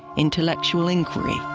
intellectual inquiry,